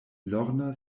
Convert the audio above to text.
lorna